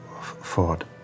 Ford